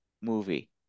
movie